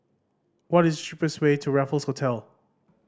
what is the cheapest way to Raffles Hotel